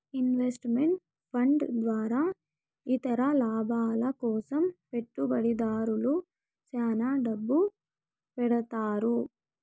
invest meant fund ద్వారా ఇతర లాభాల కోసం పెట్టుబడిదారులు శ్యాన డబ్బు పెడతారు